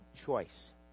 choice